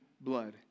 blood